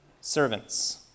Servants